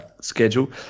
schedule